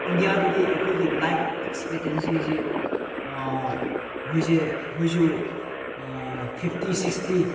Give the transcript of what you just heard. ꯏꯟꯗꯤꯌꯥꯗꯗꯤ ꯑꯩꯈꯣꯏꯒꯤ ꯂꯥꯏꯐ ꯑꯦꯛꯁꯄꯦꯛꯇꯦꯟꯁꯤꯁꯤ ꯑꯩꯈꯣꯏꯁꯦ ꯑꯩꯈꯣꯏꯁꯨ ꯐꯤꯞꯇꯤ ꯁꯤꯛꯁꯇꯤ